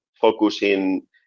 focusing